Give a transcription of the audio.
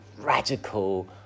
radical